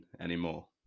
anymore